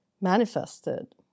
manifested